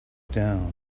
down